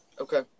Okay